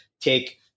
take